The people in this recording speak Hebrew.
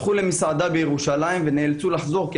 הלכו למסעדה בירושלים ונאלצו לחזור כי